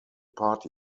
party